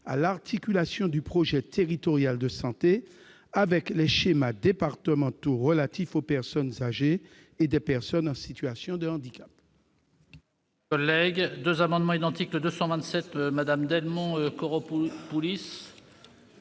à articuler les projets territoriaux de santé avec les schémas départementaux des personnes âgées et des personnes en situation de handicap.